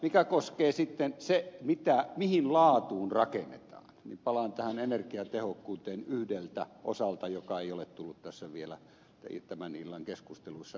mikä koskee sitten sitä mihin laatuun rakennetaan niin palaan tähän energiatehokkuuteen yhdeltä osalta joka ei ole tullut vielä tämän illan keskustelussa esille